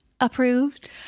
approved